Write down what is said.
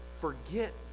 Forget